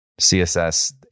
CSS